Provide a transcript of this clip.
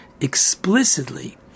explicitly